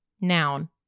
Noun